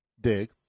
Dig